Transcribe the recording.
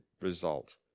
result